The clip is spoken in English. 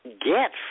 get